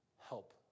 help